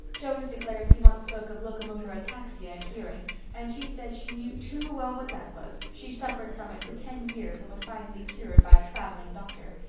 jonas declares he once spoke of locomotor ataxia in hearing and she said she knew too well what that was. she suffered from it for ten years and was finally cured by a traveling doctor.